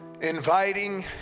inviting